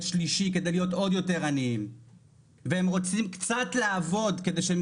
שלישי כדי להיות עוד יותר עניים והם רוצים קצת לעבוד כדי שהם